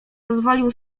pozwolił